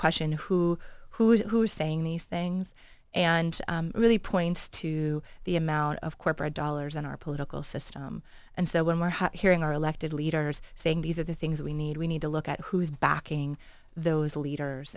question who who's who's saying these things and really points to the amount of corporate dollars in our political system and so when we're hot hearing our elected leaders saying these are the things we need we need to look at who is backing those leaders